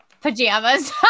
pajamas